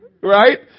Right